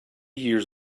years